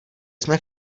jsme